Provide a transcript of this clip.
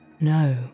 No